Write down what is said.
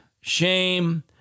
shame